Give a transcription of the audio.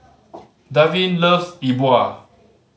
Davin loves E Bua